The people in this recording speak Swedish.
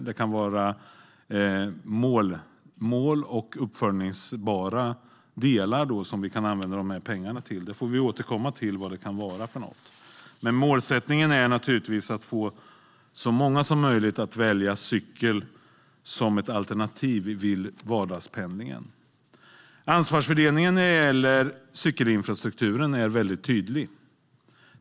Det kan vara mål och uppföljbara delar som vi kan använda de här pengarna till. Vi får återkomma till vad det kan vara för något. Men målsättningen är naturligtvis att få så många som möjligt att välja cykel som ett alternativ i vardagspendlingen. Ansvarsfördelningen när det gäller cykelinfrastrukturen är väldigt tydlig.